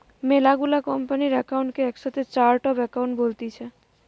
মেলা গুলা কোম্পানির একাউন্ট কে একসাথে চার্ট অফ একাউন্ট বলতিছে